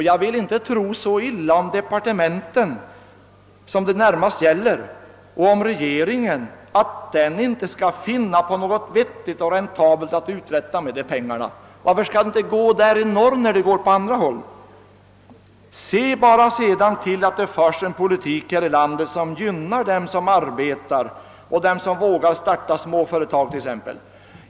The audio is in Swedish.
Ty jag vill inte tro så illa om regeringen och de departement det närmast gäller att de inte skulle kunna finna på några andra räntabla utvägar för dessa pengar. Så har ju skett på andra håll. Sedan gäller det förstås att se till att det förs en politik som gynnar den som arbetar och vågar starta småföretag exempelvis.